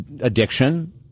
Addiction